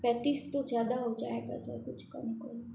पैंतीस तो ज़्यादा हो जाएगा सर कुछ कम करो